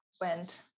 went